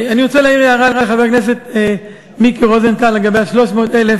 אני רוצה להעיר הערה לחבר הכנסת מיקי רוזנטל לגבי ה-300,000.